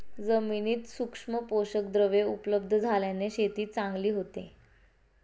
जमिनीत सूक्ष्म पोषकद्रव्ये उपलब्ध झाल्याने शेती चांगली होते